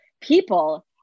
people